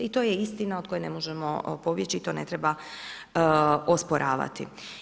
I to je istina od koje ne možemo pobjeći i koju ne treba osporavati.